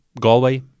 galway